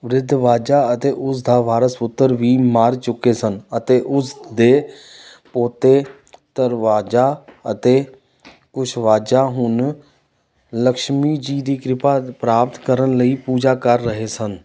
ਵ੍ਰਿਧਵਾਜਾ ਅਤੇ ਉਸ ਦਾ ਵਾਰਸ ਪੁੱਤਰ ਵੀ ਮਰ ਚੁੱਕੇ ਸਨ ਅਤੇ ਉਸ ਦੇ ਪੋਤੇ ਧਰਵਾਜਾ ਅਤੇ ਕੁਸ਼ਵਾਜਾ ਹੁਣ ਲਕਸ਼ਮੀ ਜੀ ਦੀ ਕਿਰਪਾ ਪ੍ਰਾਪਤ ਕਰਨ ਲਈ ਪੂਜਾ ਕਰ ਰਹੇ ਸਨ